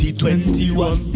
2021